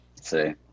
See